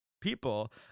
people